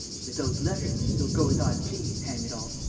with those letters, you'll go as i please, hang it all,